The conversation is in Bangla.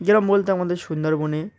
গ্রাম বলতে আমাদের সুন্দরবনে